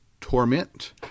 Torment